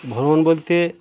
ভ্রমণ বলতে